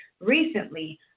recently